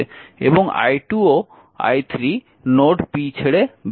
এবং i2 ও i3 node p ছেড়ে বেরিয়ে যাচ্ছে